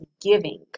giving